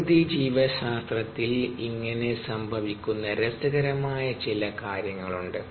പ്രകൃതിജീവശാസ്ത്രത്തിൽ ഇങ്ങനെ സംഭവിക്കുന്ന രസകരമായ ചില കാര്യങ്ങൾ ഉണ്ട്